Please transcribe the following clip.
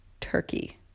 turkey